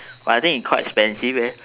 but I think is quite expensive